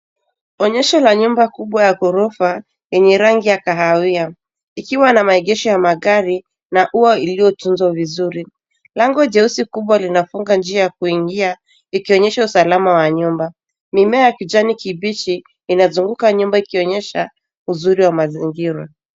Onyesho la nyumba kubwa ya ghorofa yenye rangi ya kahawia. Ikiwa na maegesho ya magari na ua uliotunzwa vizuri. Lango jeusi kubwa linafunga njia ya kuingia, likionyesha usalama wa nyumba. Mimea ya kijani kibichi inazunguka nyumba, ikionyesha uzuri wa mazingira.